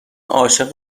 عاشق